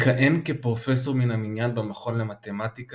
מכהן כפרופסור מן המניין במכון למתמטיקה